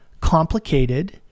complicated